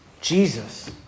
Jesus